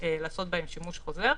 לעשות בהם שימוש חוזר,